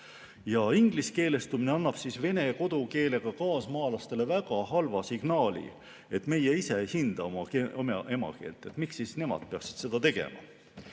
Ingliskeelestumine annab vene kodukeelega kaasmaalastele väga halva signaali, et meie ise ei hinda oma emakeelt, ja miks siis nemad peaksid seda tegema.